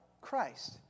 Christ